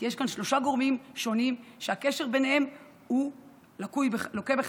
כי יש כאן שלושה גורמים שונים שהקשר ביניהם לוקה בחסר.